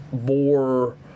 more